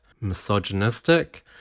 misogynistic